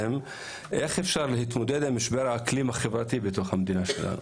איך אפשר להתמודד עם משבר האקלים החברתי בתוך המדינה שלנו.